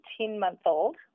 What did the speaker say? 18-month-old